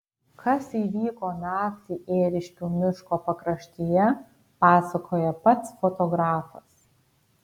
kas įvyko naktį ėriškių miško pakraštyje pasakoja pats fotografas